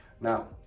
Now